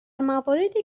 مواردی